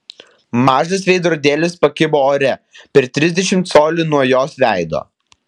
mažas veidrodėlis pakibo ore per trisdešimt colių nuo jos veido